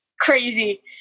crazy